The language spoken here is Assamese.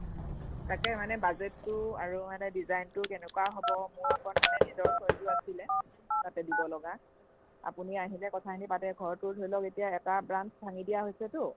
তাকে মানে বাজেটটো আৰু মানে ডিজাইনটো কেনেকুৱা হ'ব মোৰ অকণ মানে নিজৰ চইছো আছিলে তাতে দিব লগা আপুনি আহিলে কথাখিনি তাকে ঘৰটো ধৰি লওক মানে এটা ব্ৰাঞ্চ ভাঙি দিয়া হৈছেতো